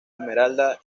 esmeralda